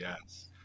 yes